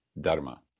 dharma